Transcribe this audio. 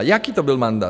Jaký to byl mandát?